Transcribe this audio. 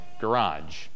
garage